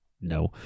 no